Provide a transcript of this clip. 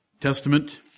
Testament